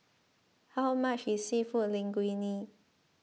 how much is Seafood Linguine